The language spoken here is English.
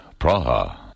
Praha